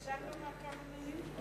אפשר לומר כמה מלים?